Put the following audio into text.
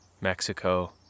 Mexico